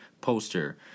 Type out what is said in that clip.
poster